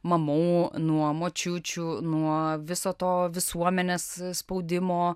mamų nuo močiučių nuo viso to visuomenės spaudimo